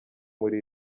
muri